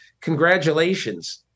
Congratulations